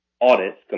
audits